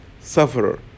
sufferer